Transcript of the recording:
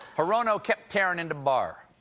hirono kept tearing into barr.